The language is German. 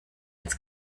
als